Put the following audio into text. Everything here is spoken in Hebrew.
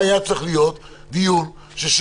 זאת דווקא אופציה יותר נדירה מלקבוע את ראש הממשלה.